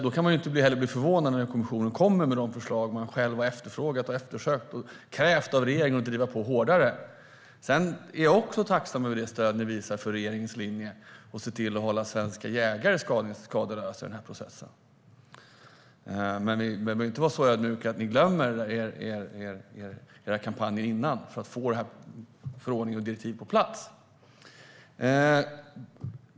Då kan man inte heller bli förvånad när kommissionen kommer med de förslag man själv har efterfrågat och krävt av regeringen att driva på hårdare för. Jag är också tacksam över det stöd som ni visar för regeringens linje för att se till att hålla svenska jägare skadeslösa i den här processen. Men ni behöver inte vara så ödmjuka att ni glömmer era kampanjer innan för att få det här direktivet på plats.